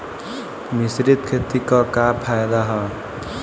मिश्रित खेती क का फायदा ह?